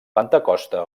pentecosta